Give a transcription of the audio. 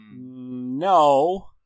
No